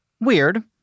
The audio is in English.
weird